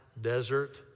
desert